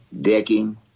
decking